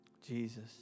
Jesus